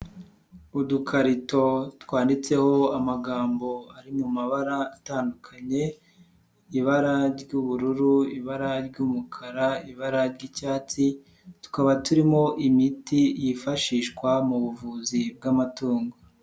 Udukarito twanditseho amagambo ari mu mabara atandukanye, ibara ry'ubururu, ibara ry'umukara, ibara ry'icyatsi, tukaba turimo imiti yifashishwa mu buvuzi bw'amatungo.